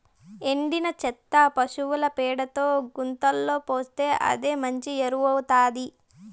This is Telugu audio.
ఎండిన చెత్తంతా పశుల పెండతో గుంతలో పోస్తే అదే మంచి ఎరువౌతాది